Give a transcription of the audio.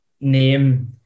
name